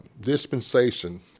dispensation